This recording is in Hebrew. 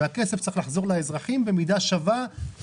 והכסף צריך לחזור לאזרחים במידה שווה,